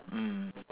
mm